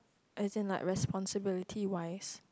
as in like responsibilities wise